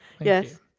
Yes